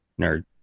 nerd